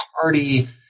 party